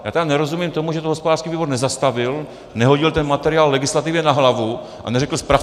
Já tedy nerozumím tomu, že to hospodářský výbor nezastavil, nehodil ten materiál legislativě na hlavu a neřekl spravte to.